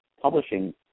publishing